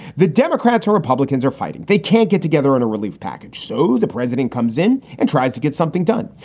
the democrats or republicans are fighting. they can't get together on a relief package. so the president comes in and tries to get something done.